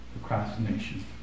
Procrastination